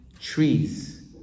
trees